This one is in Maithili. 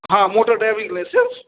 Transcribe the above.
हँ मोटर ड्राइविन्ग लाइसेन्स